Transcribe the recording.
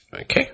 Okay